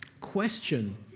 question